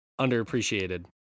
underappreciated